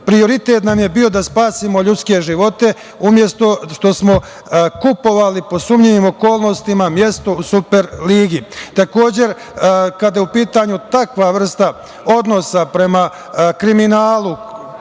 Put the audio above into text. Prioritet nam je bio da spasimo ljudske živote, umesto što smo kupovali pod sumnjivim okolnostima mesto u Superligi. Takođe, kada je u pitanju takva vrsta odnosa prema kriminalu,